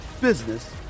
business